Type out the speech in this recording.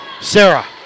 Sarah